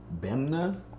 Bemna